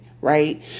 right